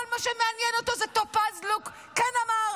כל מה שמעניין אותו זה טופז לוק כן אמר,